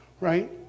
right